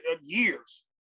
years